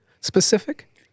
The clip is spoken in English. specific